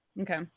okay